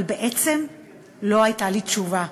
אבל בעצם לא הייתה לי תשובה.